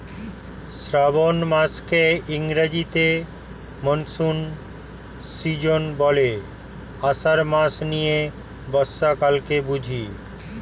শ্রাবন মাসকে ইংরেজিতে monsoon season বলে, আষাঢ় মাস নিয়ে বর্ষাকালকে বুঝি